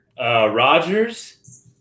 Rodgers